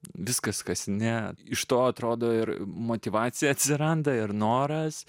viskas kas ne iš to atrodo ir motyvacija atsiranda ir noras